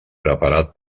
preparat